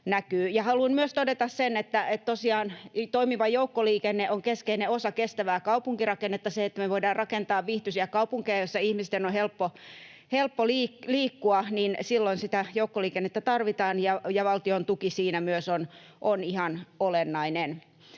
Haluan myös todeta sen, että tosiaan toimiva joukkoliikenne on keskeinen osa kestävää kaupunkirakennetta. Jotta me voidaan rakentaa viihtyisiä kaupunkeja, joissa ihmisten on helppo liikkua, silloin sitä joukkoliikennettä tarvitaan ja valtion tuki siinä myös on ihan olennainen.